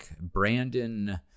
Brandon